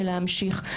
ולהמשיך.